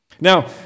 Now